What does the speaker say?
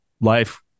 life